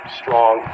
strong